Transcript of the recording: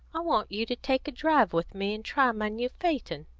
i want you to take a drive with me, and try my new phaeton,